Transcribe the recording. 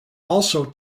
also